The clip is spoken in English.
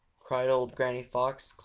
cried old granny fox,